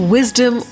Wisdom